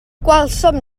gwelsom